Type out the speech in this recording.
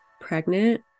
pregnant